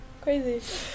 Crazy